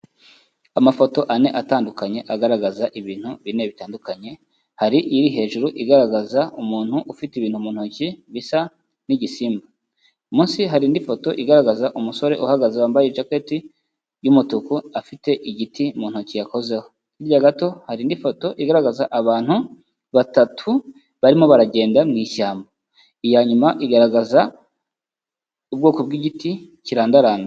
Amafoto ane atandukanye agaragaza ibintu bine bitandukanye, hari iri hejuru igaragaza umuntu ufite ibintu mu ntoki bisa nk'igisimba. Munsi hari indi foto igaragaza umusore uhagaze wambaye ijaketi y'umutuku afite igiti mu ntoki yakozeho. Hirya gato hari indi foto igaragaza abantu batatu barimo baragenda mu ishyamba. Iya nyuma igaragaza ubwoko bw'igiti kirandaranda.